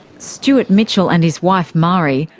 stewart mitchell and his wife, marie,